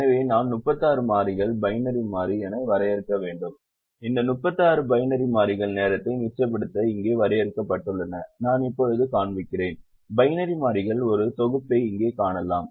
எனவே நான் 36 மாறிகள் பைனரி மாறி என வரையறுக்க வேண்டும் இந்த 36 பைனரி மாறிகள் நேரத்தை மிச்சப்படுத்த இங்கே வரையறுக்கப்பட்டுள்ளன நான் இப்போது காண்பிக்கிறேன் பைனரி மாறிகள் ஒரு தொகுப்பை இங்கே காணலாம்